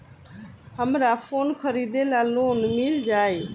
हमरा फोन खरीदे ला लोन मिल जायी?